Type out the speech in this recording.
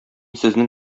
сезнең